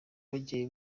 bagiye